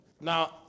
now